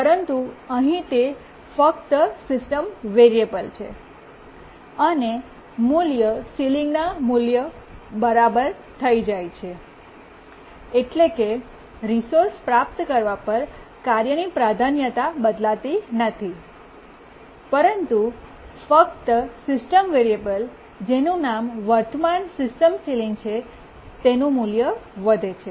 પરંતુ અહીં તે ફક્ત સિસ્ટમ વેરીએબલ છે અને મૂલ્ય સીલીંગના મૂલ્ય બરાબર થઈ જાય છે એટલે કે રિસોર્સ પ્રાપ્ત કરવા પર કાર્યની પ્રાધાન્યતા બદલાતી નથી પરંતુ ફક્ત સિસ્ટમ વેરીએબલ જેનું નામ વર્તમાન સિસ્ટમ સીલીંગ છે તેનું મૂલ્ય વધે છે